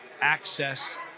access